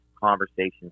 conversations